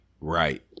Right